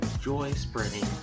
joy-spreading